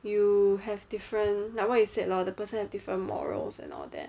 you have different like what you said lor the person has different morals and all that